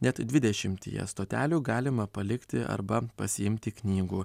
net dvidešimtyje stotelių galima palikti arba pasiimti knygų